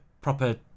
proper